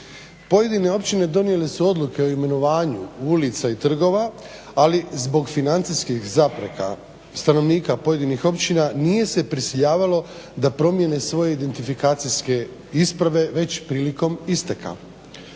Pojedine općine donijele su odluke o imenovanju ulica i trgova, ali zbog financijskih zapreka stanovnika pojedinih općina nije se prisiljavalo da promijene svoje identifikacijske isprave već prilikom isteka.